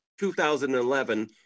2011